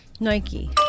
Nike